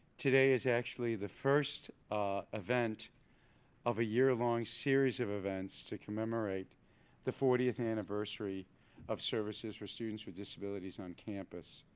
today is actually the first event of a year long series of events to commemorate the fortieth anniversary of services for students with disabilities on campus.